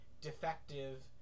defective